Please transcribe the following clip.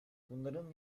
bunların